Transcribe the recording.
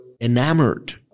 enamored